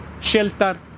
shelter